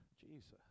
Jesus